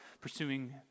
pursuing